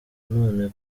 none